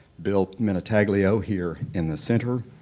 bill minutaglio, here in the center.